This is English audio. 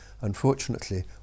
Unfortunately